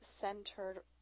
centered